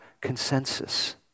consensus